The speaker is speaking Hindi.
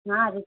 हाँ रि